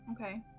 Okay